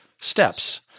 steps